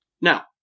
Now